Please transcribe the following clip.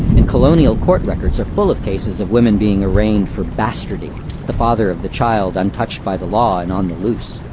and colonial court records are full of cases of women being arraigned for bastardy the father of the child untouched by the law and on the loose.